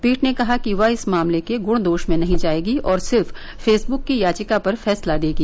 पीठ ने कहा कि वह इस मामले के गुण दोष में नहीं जायेगी और सिर्फ फेसबुक की याचिका पर फैसला देगी